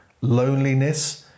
loneliness